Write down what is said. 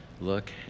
look